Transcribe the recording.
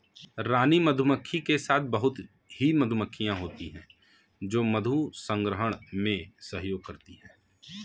रानी मधुमक्खी के साथ बहुत ही मधुमक्खियां होती हैं जो मधु संग्रहण में सहयोग करती हैं